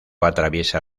atraviesa